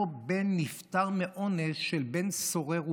אותו בן נפטר מעונש של בן סורר ומורה.